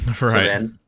Right